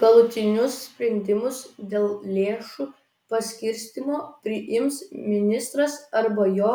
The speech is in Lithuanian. galutinius sprendimus dėl lėšų paskirstymo priims ministras arba jo